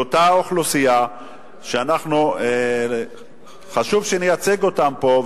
של אותה אוכלוסייה שחשוב שנייצג אותה פה,